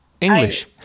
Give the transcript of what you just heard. English